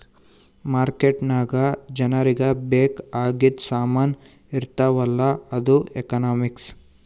market ನಾಗ್ ಜನರಿಗ ಬೇಕ್ ಆಗಿದು ಸಾಮಾನ್ ಇರ್ತಾವ ಅಲ್ಲ ಅದು ಎಕನಾಮಿಕ್ಸ್